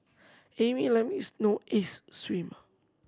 Amy Lam is no ace swimmer